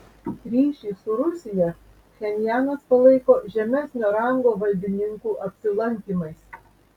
ryšį su rusija pchenjanas palaiko žemesnio rango valdininkų apsilankymais